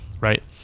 Right